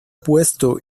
puesto